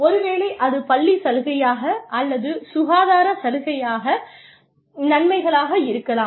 ஒருவேளை அது பள்ளி சலுகையாக அல்லது சுகாதார நன்மைகளாக இருக்கலாம்